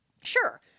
Sure